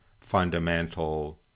fundamental